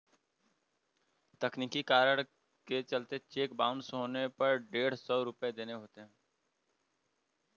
तकनीकी कारण के चलते चेक बाउंस होने पर डेढ़ सौ रुपये देने होते हैं